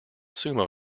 sumo